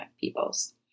peoples